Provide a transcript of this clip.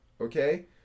Okay